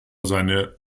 seine